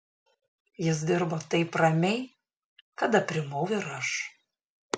jis dirbo taip ramiai kad aprimau ir aš